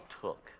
took